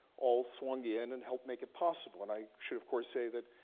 all swung in and helped make it possible. and i should, of course, say that,